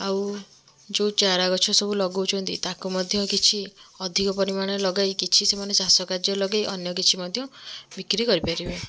ଆଉ ଯେଉଁ ଚାରାଗଛ ସବୁ ଲଗାଉଛନ୍ତି ତାକୁ ମଧ୍ୟ କିଛି ଅଧିକ ପରିମାଣରେ ଲଗାଇ କିଛି ଚାଷ କାର୍ଯ୍ୟରେ ଲଗାଇ ଅନ୍ୟକିଛି ମଧ୍ୟ ବିକ୍ରି କରି ପାରିବେ